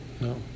No